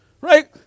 Right